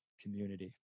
community